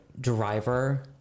driver